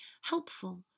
helpful